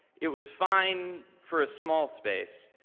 it was fine for a small space,